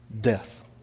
death